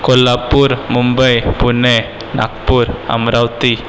Kolhapur Mumbai Pune Nagpur Amravati